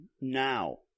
now